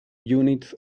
units